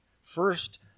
First